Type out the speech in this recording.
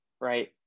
right